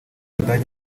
ubudage